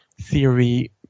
theory